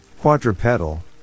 Quadrupedal